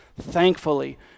Thankfully